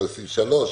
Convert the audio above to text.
וסעיף 3,